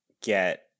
get